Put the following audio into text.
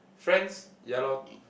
friends ya loh